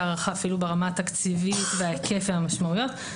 הערכה אפילו ברמה התקציבית וכפל המשמעותיות.